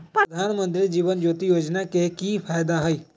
प्रधानमंत्री जीवन ज्योति योजना के की फायदा हई?